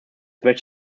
möchte